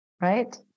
right